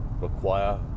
require